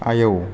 आयौ